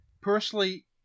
Personally